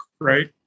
right